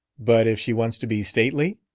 but if she wants to be stately?